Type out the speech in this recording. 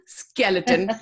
skeleton